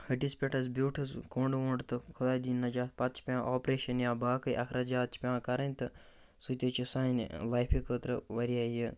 ۂٹِس پٮ۪ٹھ حظ بیوٗٹھُس کوٚنٛڈ ووٚنٛڈ تہٕ خۄدا دِیِن نَجات پَتہٕ چھِ پٮ۪وان آپریشَن یا باقٕے اَخراجات چھِ پٮ۪وان کَرٕنۍ تہٕ سُہ تہِ حظ چھُ سانہِ لایفہِ خٲطرٕ واریاہ یہِ